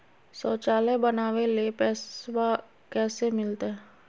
शौचालय बनावे ले पैसबा कैसे मिलते?